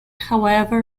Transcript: however